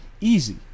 easy